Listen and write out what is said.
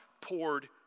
poured